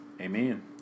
amen